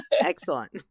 Excellent